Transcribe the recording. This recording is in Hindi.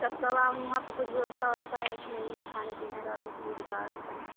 तब कब आओ वहाँ पर कुछ व्यवस्था वस्था है कि नहीं है खाने पीने की कुछ भी दुकान उकान